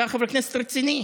אתה חבר כנסת רציני.